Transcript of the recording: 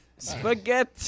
Spaghetti